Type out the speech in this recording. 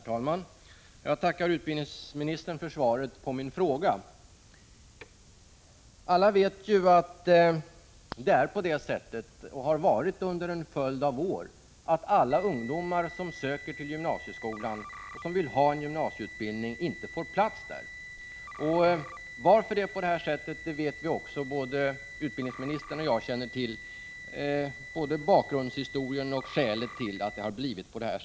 Herr talman! Jag tackar utbildningsministern för svaret på min interpellation. Alla vet ju att det förhåller sig på det sättet — och har varit så under en följd avår—att inte alla ungdomar som söker till gymnasieskolan och som vill ha en gymnasieutbildning kan erbjudas plats där. Varför det är så vet vi också. Både utbildningsministern och jag känner till såväl bakgrundshistorien som skälet till att det blivit så här.